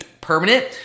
permanent